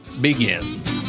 begins